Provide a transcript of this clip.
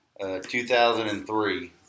2003